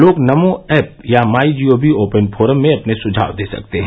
लोग नमो ऐप या MyGov open forum में अपने सुझाव दे सकते हैं